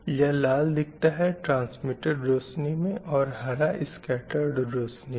यह लाल दिखता है ट्रैन्स्मिटेड रोशनी में और हरा स्कैटर्ड रोशनी में